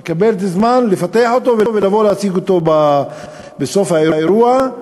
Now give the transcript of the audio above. היא מקבלת זמן לפתח אותו ולבוא להציג אותו בסוף האירוע.